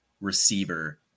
receiver